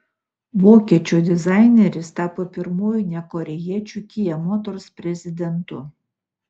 vokiečių dizaineris tapo pirmuoju ne korėjiečiu kia motors prezidentu